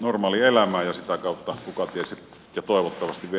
normaalielämään ja sitä kautta kukaties ja toivottavasti vielä työelämäänkin